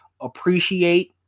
appreciate